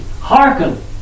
Hearken